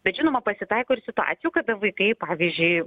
bet žinoma pasitaiko ir situacijų kada vaikai pavyzdžiui